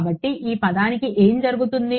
కాబట్టి ఈ పదానికి ఏమి జరుగుతుంది